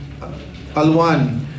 Alwan